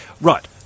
Right